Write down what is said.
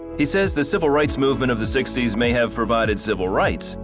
she says the civil rights movement of the sixty s may have provided civil rights,